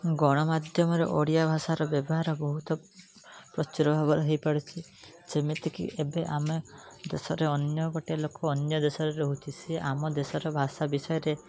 ଗଣମାଧ୍ୟମର ଓଡ଼ିଆ ଭାଷାର ବ୍ୟବହାର ବହୁତ ପ୍ରଚୁର ଭାବରେ ହୋଇପାରୁଛି ଯେମିତିକି ଏବେ ଆମେ ଦେଶରେ ଅନ୍ୟ ଗୋଟେ ଲୋକ ଅନ୍ୟ ଦେଶରେ ରହୁଛି ସେ ଆମ ଦେଶର ଭାଷା ବିଷୟରେ